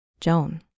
Joan